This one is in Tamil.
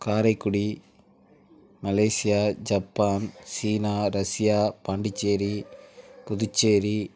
Karaikudi Malaysia Japan China Russia Pondicherry Puducherry